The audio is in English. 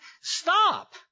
Stop